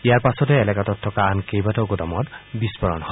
ইয়াৰ পাছতে এলেকাটোত থকা আন কেইবাটাও গোদামত বিস্ফোৰণ হয়